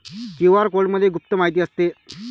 QR कोडमध्ये गुप्त माहिती असते